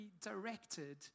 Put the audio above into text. directed